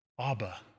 Abba